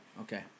Okay